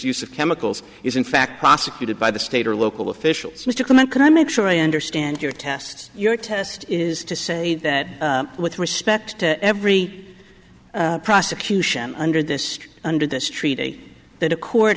use of chemicals is in fact prosecuted by the state or local officials mr comment can i make sure i understand your test your test is to say that with respect to every prosecution under this under this treaty that a co